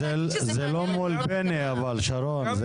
אבל זה לא מול בני, שרון.